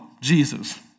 Jesus